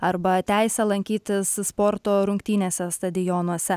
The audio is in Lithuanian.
arba teisę lankytis sporto rungtynėse stadionuose